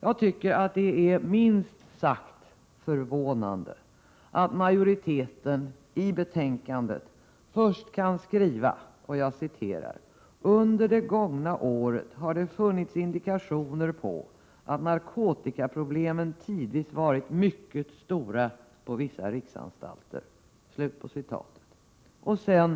Jag tycker att det är minst sagt förvånande att majoriteten i betänkandet först kan skriva ”Under det gångna året har det funnits indikationer på att narkotikaproblemen tidvis varit mycket stora på vissa riksanstalter---” och sedan